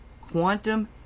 quantum